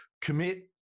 commit